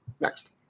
Next